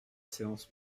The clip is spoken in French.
séance